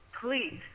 please